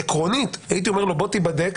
עקרונית, הייתי אומר לו: תיבדק,